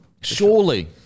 surely